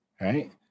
right